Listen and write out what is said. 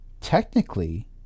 Technically